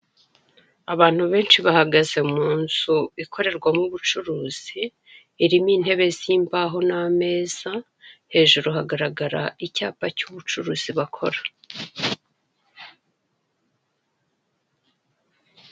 Abantu benshi bahagaze mu nzu ikorerwamo ubucuruzi irimo intebe z'imbaho n'ameza hejuru hagaragara icyapa cy'ubucuruzi bakora.